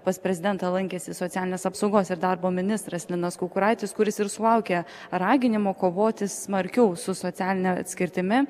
pas prezidentą lankėsi socialinės apsaugos ir darbo ministras linas kukuraitis kuris ir sulaukė raginimų kovoti smarkiau su socialine atskirtimi